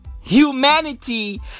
humanity